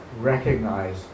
recognize